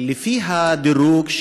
לפי הדירוג,